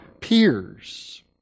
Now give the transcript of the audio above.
peers